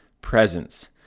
presence